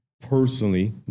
personally